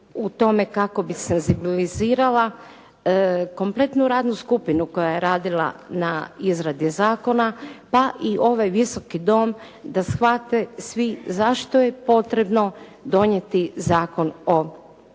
u tome kako bi senzibilizirala kompletnu radnu skupinu koja je radila na izradi zakona, pa i ovaj Visoki dom da shvate svi zašto je potrebno donijeti Zakon o